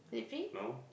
no